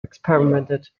experimented